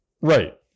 Right